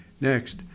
Next